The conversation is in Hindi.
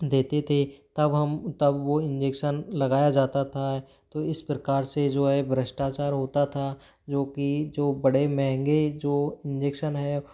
देते थे तब हम तब वो इंजेक्सन लगाया जाता था तो इस प्रकार से जो है भ्रष्टाचार होता था जो कि जो बड़े महंगे जो इंजेक्सन हैं